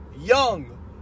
young